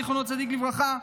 זכר צדיק לברכה,